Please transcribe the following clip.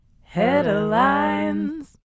Headlines